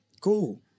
Cool